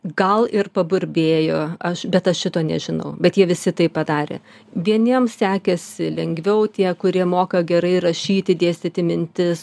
gal ir paburbėjo aš bet aš šito nežinau bet jie visi tai padarė vieniem sekėsi lengviau tie kurie moka gerai rašyti dėstyti mintis